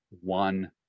one